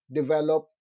develop